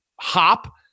hop